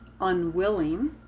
unwilling